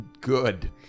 good